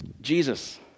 Jesus